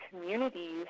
communities